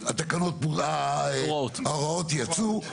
ההוראות יצאו,